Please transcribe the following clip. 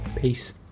Peace